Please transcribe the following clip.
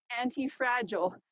anti-fragile